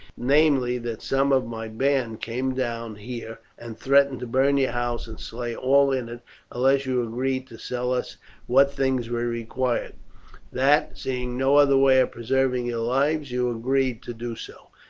namely, that some of my band came down here and threatened to burn your house and slay all in it unless you agreed to sell us what things we required that, seeing no other way of preserving your lives, you agreed to do so.